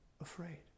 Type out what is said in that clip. afraid